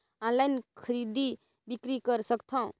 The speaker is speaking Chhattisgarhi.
ऑनलाइन खरीदी बिक्री कर सकथव?